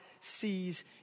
sees